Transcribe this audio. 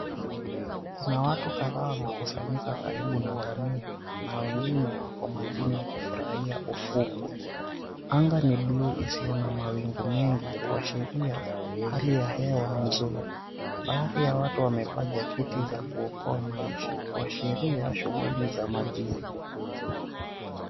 Kuna watu kadhaa wamekusanyika karibu na ngamia na wengine wako majini wakifurahia ufukwe. Anga ni buluu isio na mawingu mengi kuashiria hali ya hewa nzuri. Baadhi ya watu wamevaa jaketi za kuokoa maisha kuashiria shughuli za majini.